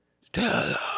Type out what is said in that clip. Stella